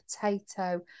potato